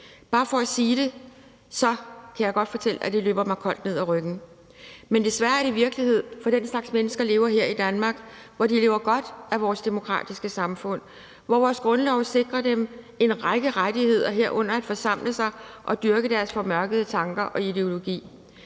– hellig krig. Jeg kan fortælle, at det løber mig koldt ned ad ryggen. Men desværre er det virkelighed, for den slags mennesker lever her i Danmark, hvor de nyder godt af vores demokratiske samfund, hvor vores grundlov sikrer dem en række rettigheder, herunder at forsamle sig og dyrke deres formørkede tanker og ideologi.